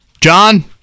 John